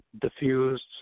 Diffused